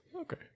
Okay